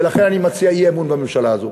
ולכן אני מציע אי-אמון בממשלה הזאת.